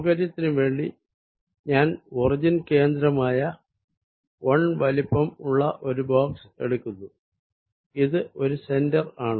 സൌകര്യത്തിനു വേണ്ടി ഞാൻ ഒറിജിൻ കേന്ദ്രമായ 1 വലിപ്പം ഉള്ള ഒരു ബോക്സ് എടുക്കുന്നു ഇത് ഒരു സെന്റർ ആണ്